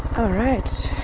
alright